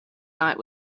night